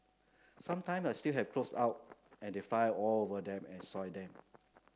sometimes I still have clothes out and they fly all over them and soil them